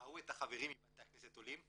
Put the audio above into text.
ראו את החברים מבתי הכנסת עולים,